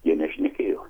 jie nešnekėjo